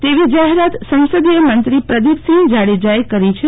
તેવી જાહેરાત સંસદીય મંત્રો પ્રદિપસિંહ જાડેજાઅ કરી હતી